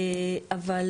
אבל